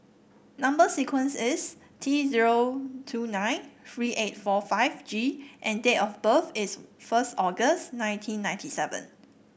number sequence is T zero two nine three eight four five G and date of birth is first August nineteen ninety seven